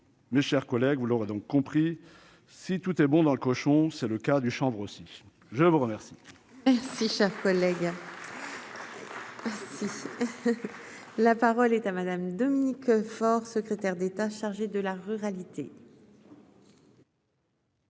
mes chers collègues, vous l'aurez donc compris si tout est bon dans le cochon, c'est le cas du chanvre, aussi, je vous remercie. Si chaque fois. Si, si. La parole est à Madame Dominique Faure, secrétaire d'État chargé de la ruralité.